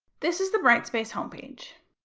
this is the brightspace homepage.